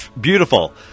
Beautiful